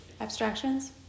Abstractions